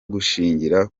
gushingira